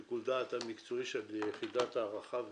שיקול הדעת המקצועי של יחידת ההערכה,